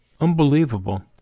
Unbelievable